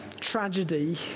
tragedy